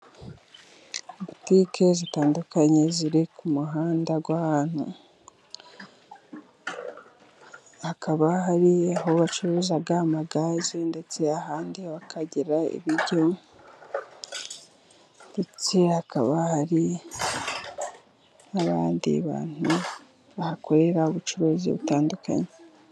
Butike zitandukanye ziri ku muhanda w'ahantu, hakaba hari aho bacuruza amagazi, ndetse ahandi bakagira ibiryo, ndetse hakaba hari n'abandi bantu bahakorera ubucuruzi butandukanye.